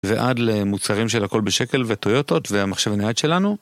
ועד למוצרים של הכל בשקל וטויוטות והמחשב הנייד שלנו.